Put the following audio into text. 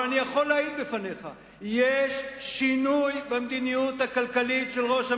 אבל אני יכול להעיד בפניך שיש שינוי במדיניות הכלכלית של ראש הממשלה.